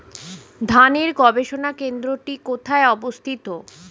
ধানের গবষণা কেন্দ্রটি কোথায় অবস্থিত?